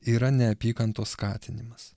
yra neapykantos skatinimas